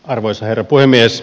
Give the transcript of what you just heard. arvoisa herra puhemies